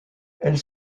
elles